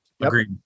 Agreed